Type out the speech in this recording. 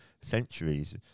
centuries